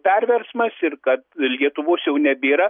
perversmas ir kad lietuvos jau nebėra